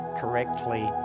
correctly